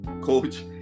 coach